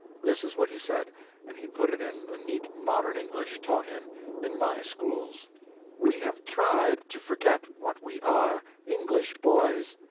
this is what he said and he put it in the neat modern english taught him in my schools we have tried to forget what we are english boys!